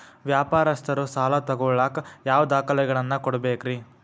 ವ್ಯಾಪಾರಸ್ಥರು ಸಾಲ ತಗೋಳಾಕ್ ಯಾವ ದಾಖಲೆಗಳನ್ನ ಕೊಡಬೇಕ್ರಿ?